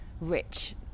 rich